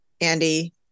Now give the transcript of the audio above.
Andy